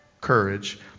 courage